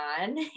on